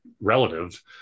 relative